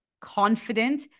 confident